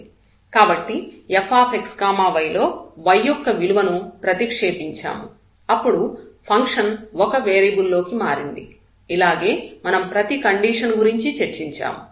కాబట్టి fxy లో y యొక్క విలువను ప్రతిక్షేపించాము అప్పుడు ఫంక్షన్ ఒక వేరియబుల్ లోకి మారింది ఇలాగే మనం ప్రతి కండిషన్ గురించి చర్చించాము